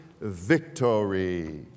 victory